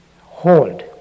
hold